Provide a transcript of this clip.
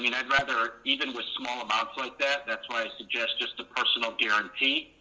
you know i'd rather, even with small amounts like that, that's why i suggest just a personal guarantee.